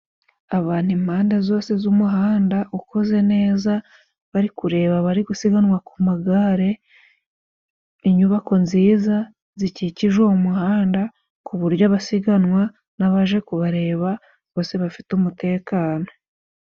Abantu impande zose z'umuhanda ukoze neza, bari kureba abari gusiganwa ku magare. Inyubako nziza zikikije uwo muhanda ku buryo abasiganwa n'abaje kubareba bose bafite umutekano.